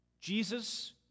Jesus